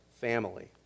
family